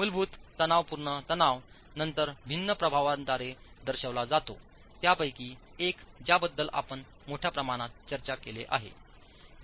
मूलभूत तणावपूर्ण तणाव नंतर भिन्न प्रभावांद्वारे दर्शविला जातो त्यापैकी एक ज्याबद्दल आपण मोठ्या प्रमाणात चर्चा केले आहे